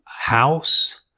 house